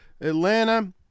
Atlanta